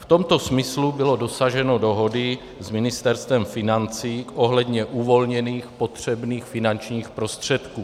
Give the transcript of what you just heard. V tomto smyslu bylo dosaženo dohody s Ministerstvem financí ohledně uvolněných potřebných finančních prostředků.